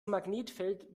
magnetfeld